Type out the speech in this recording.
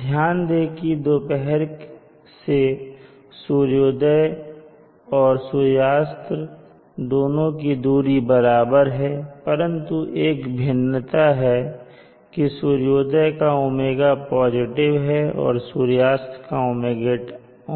ध्यान दें कि दोपहर से सूर्योदय और सूर्यास्त दोनों का दूरी बराबर है परंतु एक भिन्नता है की सूर्योदय का ओमेगाꞶ पॉजिटिव है और सूर्यास्त का